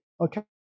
okay